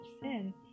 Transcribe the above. sin